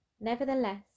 Nevertheless